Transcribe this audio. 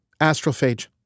astrophage